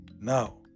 now